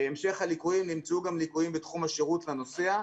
המשך הליקויים נמצאו גם ליקויים בתחום השירות לנוסע.